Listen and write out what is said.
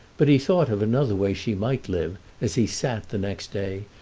but he thought of another way she might live as he sat, the next day,